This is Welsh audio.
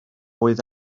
oedd